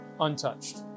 untouched